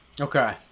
Okay